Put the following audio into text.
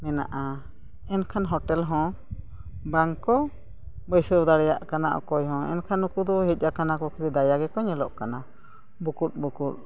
ᱢᱮᱱᱟᱜᱼᱟ ᱮᱱᱠᱷᱟᱱ ᱦᱳᱴᱮᱞ ᱦᱚᱸ ᱵᱟᱝ ᱠᱚ ᱵᱟᱹᱭᱥᱟᱹᱣ ᱫᱟᱲᱮᱭᱟᱜ ᱠᱟᱱᱟ ᱚᱠᱚᱭ ᱦᱚᱸ ᱮᱱᱠᱷᱟᱱ ᱱᱩᱠᱩ ᱫᱚ ᱦᱮᱡ ᱟᱠᱟᱱᱟ ᱠᱚ ᱠᱷᱟᱹᱞᱤ ᱫᱟᱭᱟ ᱜᱮᱠᱚ ᱧᱮᱞᱚᱜ ᱠᱟᱱᱟ ᱵᱩᱠᱩᱫ ᱵᱩᱠᱩᱫ